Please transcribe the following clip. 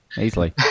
Easily